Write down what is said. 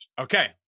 okay